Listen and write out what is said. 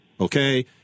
okay